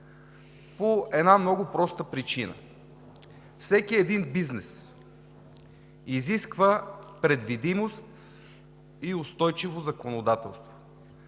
по една много проста причина: всеки бизнес изисква предвидимост и устойчиво законодателство.